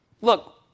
Look